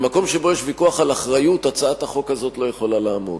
במקום שבו יש ויכוח על אחריות הצעת החוק הזאת לא יכולה לעמוד,